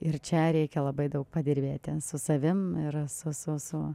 ir čia reikia labai daug padirbėti su savim ir su su su